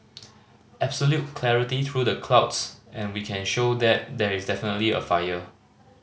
absolute clarity through the clouds and we can show that there is definitely a fire